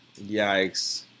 Yikes